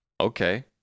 Okay